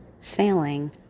failing